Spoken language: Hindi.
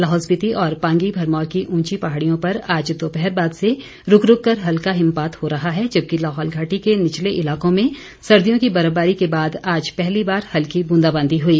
लाहौल स्पीति और पांगी भरमौर की उंची पहाड़ियों पर आज दोपहर बाद से रूक रूक कर हल्का हिमपात हो रहा है जबकि लाहौल घाटी के निचले इलाकों में सर्दियों की बर्फबारी के बाद आज पहली बार हल्की ब्रंदाबांदी हुई